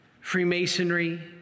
Freemasonry